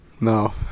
No